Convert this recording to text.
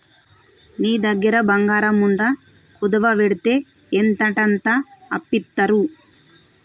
నీ దగ్గర బంగారముందా, కుదువవెడ్తే ఎంతంటంత అప్పిత్తరు